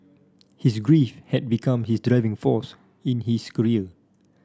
his grief had become his driving force in his career